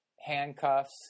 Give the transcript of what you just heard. handcuffs